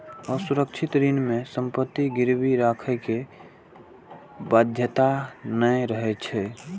असुरक्षित ऋण मे संपत्ति गिरवी राखै के बाध्यता नै रहै छै